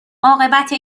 عاقبت